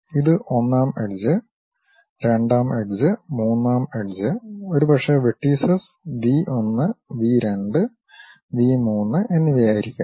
ഇത് ഒന്നാം എഡ്ജ് രണ്ടാം എഡ്ജ് മൂന്നാം എഡ്ജ് ഒരുപക്ഷേ വെർട്ടീസസ് വി 1 വി 2 വി 3 എന്നിവയായിരിക്കാം